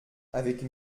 avec